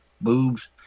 boobs